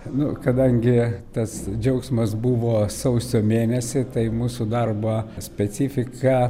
nu kadangi tas džiaugsmas buvo sausio mėnesį tai mūsų darbo specifika